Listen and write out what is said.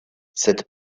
cette